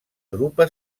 drupa